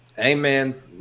Amen